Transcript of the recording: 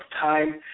time